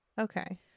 Okay